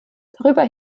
darüber